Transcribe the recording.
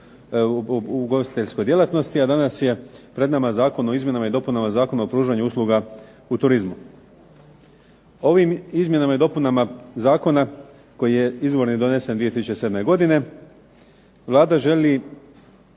u ugostiteljskoj djelatnosti, a danas je pred nama Zakon o izmjenama i dopunama Zakona o pružanju usluga u turizmu. Ovim izmjenama i dopunama zakona koji je izvorni donesen 2007. godine, Vlada želi